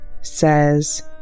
says